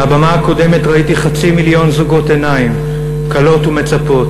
מהבמה הקודמת ראיתי חצי מיליון זוגות עיניים כלות ומצפות.